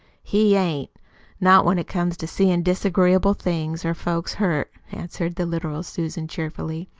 he ain't not when it comes to seein' disagreeable things, or folks hurt, answered the literal susan cheerfully.